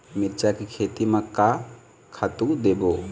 मिरचा के खेती म का खातू देबो?